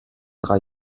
drei